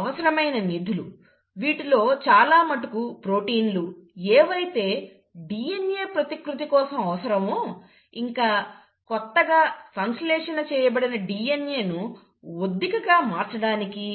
అవసరమైన నిధులు వీటిలో చాలా మటుకు ప్రోటీన్లు ఏవైతే DNA ప్రతికృతి కోసం అవసరమో ఇంకా కొత్తగా సంశ్లేషణ చేయబడిన DNA ను ఒద్దికగా మార్చడానికి